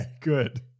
good